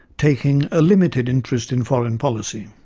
taking a limited interest in foreign policy.